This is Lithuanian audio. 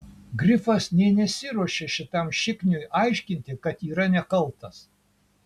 grifas nė nesiruošė šitam šikniui aiškinti kad yra nekaltas